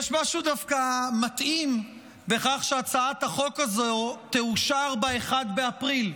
יש משהו דווקא מתאים בכך שהצעת החוק הזו תאושר ב-1 באפריל,